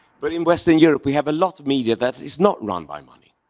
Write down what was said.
but in western europe, we have a lot of media that is not run by money.